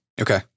Okay